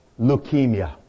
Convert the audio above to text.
leukemia